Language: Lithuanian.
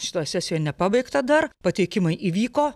šitoj sesijoj nepabaigta dar pateikimai įvyko